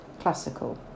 Classical